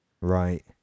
right